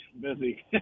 busy